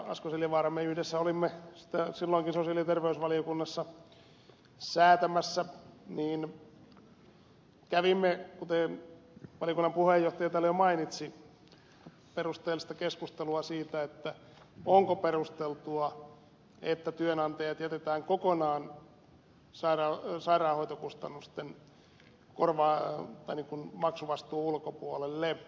asko seljavaara me yhdessä olimme silloinkin sosiaali ja terveysvaliokunnassa säätämässä niin kävimme kuten valiokunnan puheenjohtaja täällä jo mainitsi perusteellista keskustelua siitä onko perusteltua että työnantajat jätetään kokonaan sairaanhoitokustannusten maksuvastuun ulkopuolelle